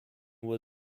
were